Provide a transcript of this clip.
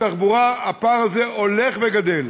בתחבורה הפער הזה הולך וגדל,